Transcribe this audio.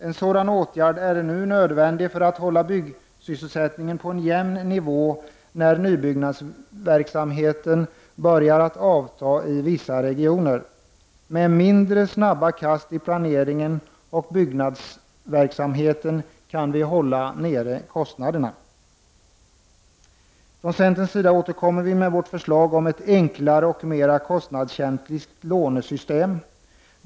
En sådan åtgärd är nu nödvändig för att hålla byggsysselsättningen på en jämn nivå när nybyggnadsverksamheten börjar avta i vissa regioner. Med mindre snabba kast i planeringen av byggnadsverksamheten kan vi hålla nere kostnaderna. Från centerns sida återkommer vi med ett förslag om ett enklare och mera kostnadskänsligt lånesystem.